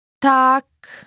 Tak